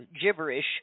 gibberish